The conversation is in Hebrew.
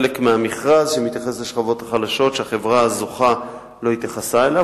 שמתייחס לשכבות החלשות שהחברה הזוכה לא התייחסה אליו.